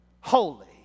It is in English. holy